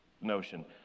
notion